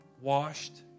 washed